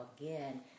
again